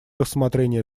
рассмотрение